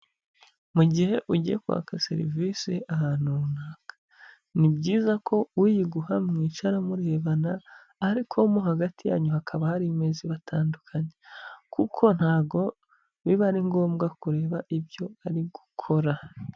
Mu gihe ugiye kwaka serivisi ahantu runaka, ni byiza ko uyiguha mwicara murebana ariko mo hagati yanyu hakaba hari imeza ibatandukanye kuko ntabwo biba ari ngombwa kureba ibyo ari gukora.